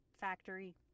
factory